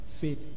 faith